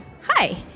Hi